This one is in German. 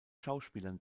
schauspielern